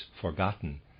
forgotten